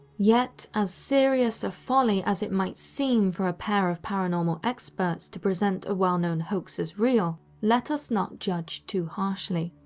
yet, as serious a folly as it might seem for a pair of paranormal experts to present a well-known hoax as real, let us not judge too harshly.